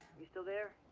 you still there?